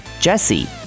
Jesse